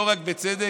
לא רק בצדק,